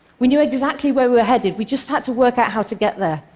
we knew exactly where we were headed. we just had to work out how to get there,